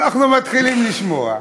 אנחנו מתחילים לשמוע,